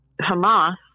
Hamas